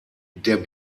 der